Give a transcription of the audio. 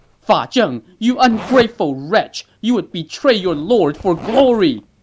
fa ah zheng, you ungrateful wretch! you would betray your lord for glory!